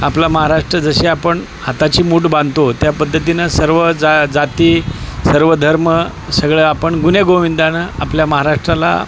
आपला महाराष्ट्र जशी आपण हाताची मूठ बांधतो त्या पद्धतीनं सर्व जा जाती सर्व धर्म सगळं आपण गुण्यागोविंदानं आपल्या महाराष्ट्राला